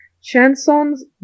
Chansons